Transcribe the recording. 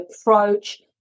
approach